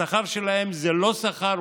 השכר שלהם זה לא שכר,